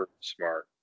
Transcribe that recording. smart